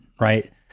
right